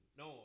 no